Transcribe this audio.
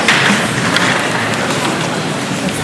ו'